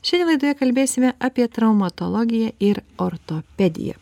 šiandien laidoje kalbėsime apie traumatologiją ir ortopediją